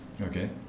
Okay